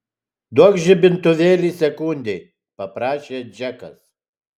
duokš žibintuvėlį sekundei paprašė džekas